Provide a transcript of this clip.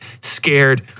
scared